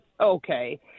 okay